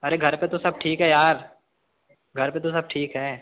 अरे घर पर तो सब ठीक है यार घर पे तो सब ठीक है